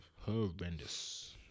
Horrendous